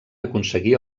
aconseguir